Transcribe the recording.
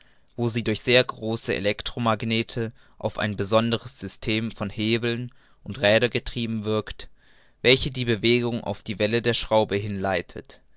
wo sie durch sehr große elektro magnete auf ein besonderes system von hebeln und rädergetrieben wirkt welche die bewegung auf die welle der schraube hinleitet